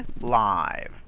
live